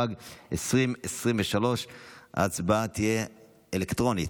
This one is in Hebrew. התשפ"ג 2023. ההצבעה תהיה אלקטרונית.